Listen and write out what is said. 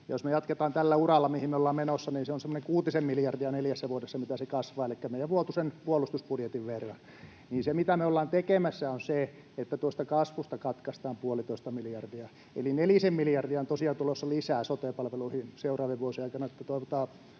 Jos me jatketaan tällä uralla, mihin me ollaan menossa, niin se on semmoinen kuutisen miljardia neljässä vuodessa, mitä se kasvaa, elikkä meidän vuotuisen puolustusbudjetin verran. Se, mitä me ollaan tekemässä, on se, että tuosta kasvusta katkaistaan puolitoista miljardia, eli nelisen miljardia on tosiaan tulossa lisää sote-palveluihin seuraavien vuosien aikana.